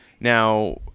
Now